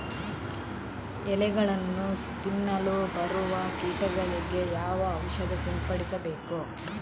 ಎಲೆಗಳನ್ನು ತಿನ್ನಲು ಬರುವ ಕೀಟಗಳಿಗೆ ಯಾವ ಔಷಧ ಸಿಂಪಡಿಸಬೇಕು?